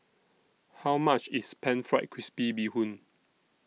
How much IS Pan Fried Crispy Bee Hoon